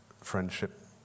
friendship